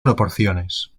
proporciones